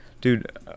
Dude